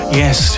yes